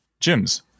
gyms